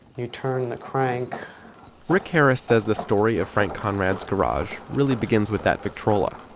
you turn the crank rick harris says the story of frank conrad's garage really begins with that victrola.